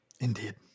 Indeed